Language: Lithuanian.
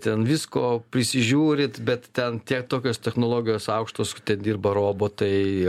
ten visko prisižiūrit bet ten tiek tokios technologijos aukštos ten dirba robotai